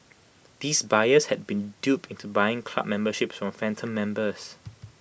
these buyers had been duped into buying club memberships from phantom members